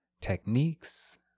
techniques